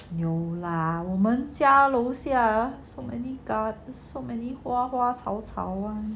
有 lah 我们家楼下 so many got so many 花花草草 [one]